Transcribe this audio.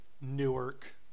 Newark